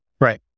Right